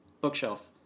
bookshelf